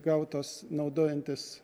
gautos naudojantis